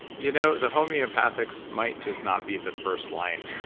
you know the homeopathics might just not be the first line